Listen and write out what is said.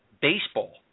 Baseball